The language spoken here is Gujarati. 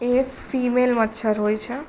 એ ફિમેલ મચ્છર હોય છે